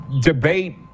debate